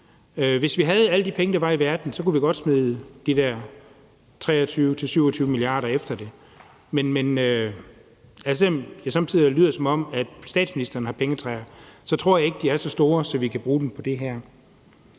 Hvis vi havde alle de penge, der var i verden, så kunne vi godt smide 23-27 mia. kr. efter det. Selv om det somme tider lyder, som om statsministeren har pengetræer, så tror jeg ikke, de er så store, at vi kan bruge dem på det her.